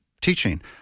teaching